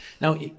Now